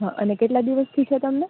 હ અને કેટલા દિવસ થી છે તમને